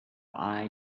eye